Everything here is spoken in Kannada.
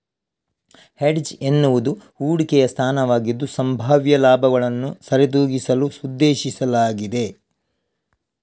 ಹೆಡ್ಜ್ ಎನ್ನುವುದು ಹೂಡಿಕೆಯ ಸ್ಥಾನವಾಗಿದ್ದು, ಸಂಭಾವ್ಯ ಲಾಭಗಳನ್ನು ಸರಿದೂಗಿಸಲು ಉದ್ದೇಶಿಸಲಾಗಿದೆ